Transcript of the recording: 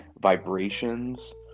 vibrations